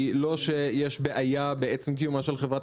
היא לא שיש בעיה בעצם קיומה של חברת